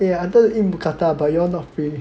eh I wanted to eat Mookata but you all not free